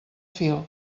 fil